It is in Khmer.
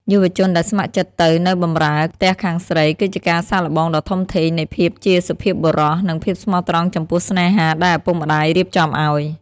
យុវជនដែលស្ម័គ្រចិត្តទៅ "នៅបម្រើ" ផ្ទះខាងស្រី គឺជាការសាកល្បងដ៏ធំធេងនៃភាពជាសុភាពបុរស និងភាពស្មោះត្រង់ចំពោះស្នេហាដែលឪពុកម្ដាយរៀបចំឱ្យ។